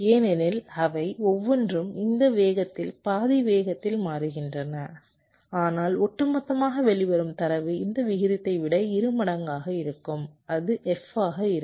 ஏனெனில் அவை ஒவ்வொன்றும் இந்த வேகத்தில் பாதி வேகத்தில் மாறுகின்றன ஆனால் ஒட்டுமொத்தமாக வெளிவரும் தரவு இந்த விகிதத்தை விட இருமடங்காக இருக்கும் அது f ஆக இருக்கும்